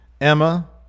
Emma